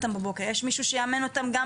יש להם מישהו שיאמן אותם בבוקר,